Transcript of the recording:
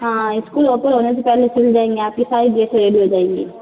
हाँ school open होने से पहले सिल जाएंगे आपके सारे ड्रेस रेडी हो जाएंगे